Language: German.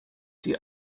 die